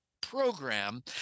program